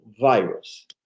virus